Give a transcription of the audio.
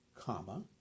comma